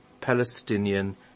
Palestinian